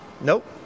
Nope